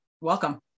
Welcome